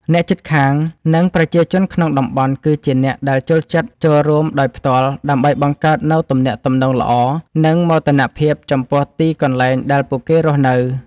អ្នកជិតខាង និងប្រជាជនក្នុងតំបន់ គឺជាអ្នកដែលចូលចិត្តចូលរួមដោយផ្ទាល់ ដើម្បីបង្កើតនូវទំនាក់ទំនងល្អ និងមោទនភាពចំពោះទីកន្លែងដែលពួកគេរស់នៅ។